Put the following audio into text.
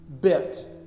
bit